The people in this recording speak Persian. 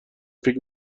فکر